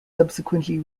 subsequently